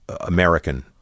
American